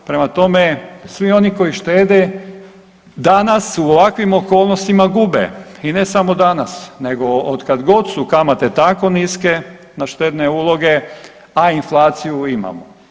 Prema tome, svi oni koji štede danas u ovakvim okolnostima gube i ne samo danas nego otkad god su kamate tako niske na štedne uloge, a inflaciju imamo.